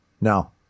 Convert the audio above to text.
No